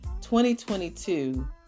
2022